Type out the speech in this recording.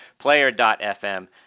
Player.fm